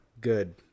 Good